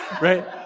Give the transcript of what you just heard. right